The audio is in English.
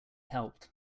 helped